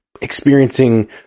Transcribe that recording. experiencing